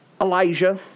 Elijah